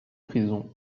prison